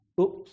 Oops